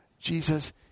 Jesus